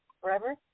forever